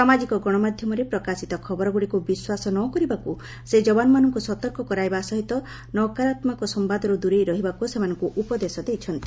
ସାମାଜିକ ଗଣମାଧ୍ୟମରେ ପ୍ରକାଶିତ ଖବରଗୁଡ଼ିକୁ ବିଶ୍ୱାସ ନ କରିବାକୁ ସେ ଯବାନମାନଙ୍କୁ ସତର୍କ କରାଇବା ସହିତ ନକାରାତ୍ମାକ ସମ୍ଭାଦରୁ ଦୂରେଇ ରହିବାକୁ ସେମାନଙ୍କୁ ଉପଦେଶ ଦେଇଛନ୍ତି